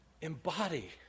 embody